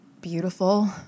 beautiful